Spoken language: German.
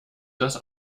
das